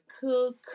cook